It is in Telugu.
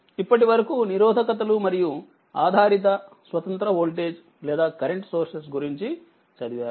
ఇప్పటి వరకు నిరోధకతలు మరియు ఆధారిత స్వతంత్ర వోల్టేజ్ లేదా కరెంట్ సోర్సెస్ గురించి చదివారు